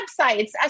websites